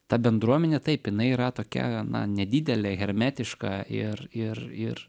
ta bendruomenė taip jinai yra tokia na nedidelė hermetiška ir ir ir